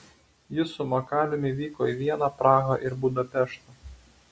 ji su makaliumi vyko į vieną prahą ir budapeštą